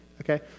okay